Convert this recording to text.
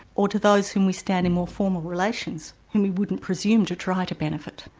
or to those whom we stand in more formal relations, whom we wouldn't presume to try to benefit.